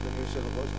אדוני היושב-ראש,